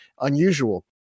unusual